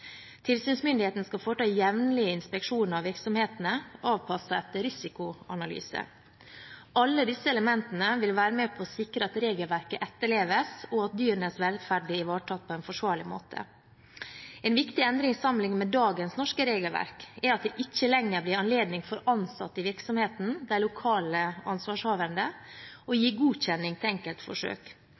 Tilsynsmyndigheten skal foreta jevnlige inspeksjoner av virksomhetene avpasset etter en risikoanalyse. Alle disse elementene vil være med på å sikre at regelverket etterleves, og at dyrenes velferd blir ivaretatt på en forsvarlig måte. En viktig endring sammenlignet med dagens norske regelverk er at det ikke lenger blir anledning for ansatte i virksomheten – de lokalt ansvarshavende – til å gi godkjenning til enkeltforsøk.